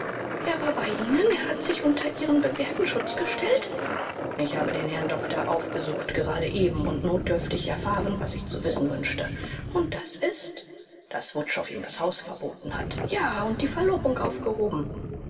er war bei ihnen er hat sich unter ihren bewährten schutz gestellt ich habe den herrn doktor aufgesucht gerade eben und notdürftig erfahren was ich zu wissen wünschte und das ist daß wutschow ihm das haus verboten hat ja und die verlobung aufgehoben